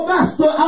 Master